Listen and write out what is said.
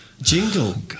jingle